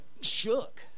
shook